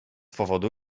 powodu